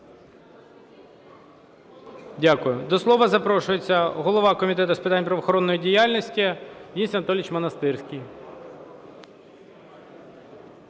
Дякую. До слова запрошується голова Комітету з питань правоохоронної діяльності Денис Анатолійович Монастирський.